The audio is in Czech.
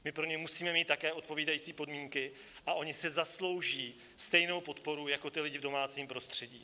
My pro ně musíme mít také odpovídající podmínky a oni si zaslouží stejnou podporu jako lidé v domácím prostředí.